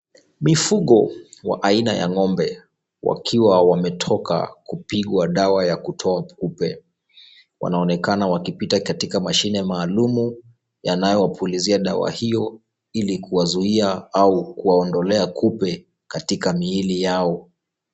Mifugo wa aina ya ng'ombe wakiwa wametoka kupigwa dawa ya kutoa kupe. Wanaonekana wakipita katika mashine maalam yanayopulizia dawa hiyo ili kuwazuia au kuwaondolea kupe katika miili yao.